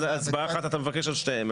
הצבעה אחת אתה מבקש על שניהם,